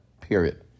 period